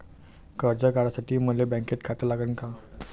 कर्ज काढासाठी मले बँकेत खातं लागन का?